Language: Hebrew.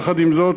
יחד עם זאת,